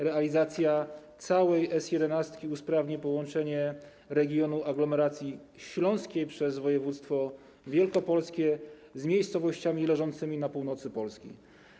Realizacja całej S11 usprawni połączenie regionu aglomeracji śląskiej przez województwo wielkopolskie z miejscowościami leżącymi na północy Polski.